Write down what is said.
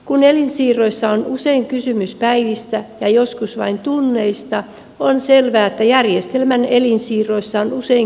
kun elinsiirroissa on usein kysymys päivistä ja joskus vain tunneista on selvää että järjestelmän elinsiirroissa on usein